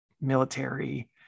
military